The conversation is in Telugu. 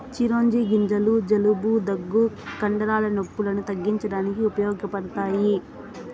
చిరోంజి గింజలు జలుబు, దగ్గు, కండరాల నొప్పులను తగ్గించడానికి ఉపయోగపడతాయి